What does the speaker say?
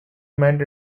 meant